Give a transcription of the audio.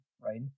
right